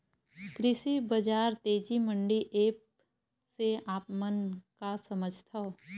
कृषि बजार तेजी मंडी एप्प से आप मन का समझथव?